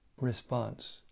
response